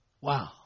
Wow